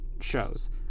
shows